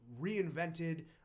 reinvented